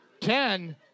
ten